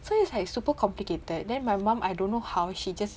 so it's like super complicated then my mum I don't know how she just